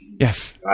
Yes